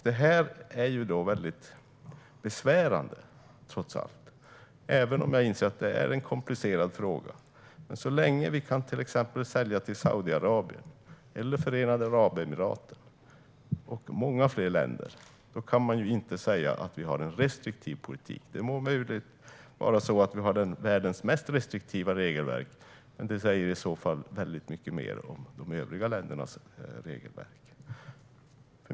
Detta är besvärande, även om jag inser att det är en komplicerad fråga. Så länge vi kan sälja till Saudiarabien, Förenade Arabemiraten och många andra länder kan vi inte säga att vi har en restriktiv politik. Vi må ha världens mest restriktiva regelverk, men det säger i så fall mer om de övriga ländernas regelverk.